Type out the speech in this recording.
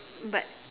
but